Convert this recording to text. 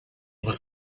was